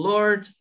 Lord